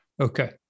Okay